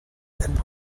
and